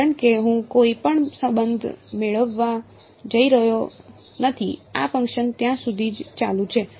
કારણ કે હું કોઈ પણ સંબંધ મેળવવા જઈ રહ્યો નથી આ ફંકશન ત્યાં જ ચાલુ છે